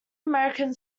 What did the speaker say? american